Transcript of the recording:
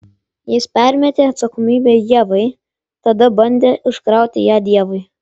jis permetė atsakomybę ievai tada bandė užkrauti ją dievui